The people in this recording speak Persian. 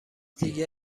دیگه